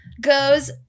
goes